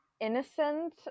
innocent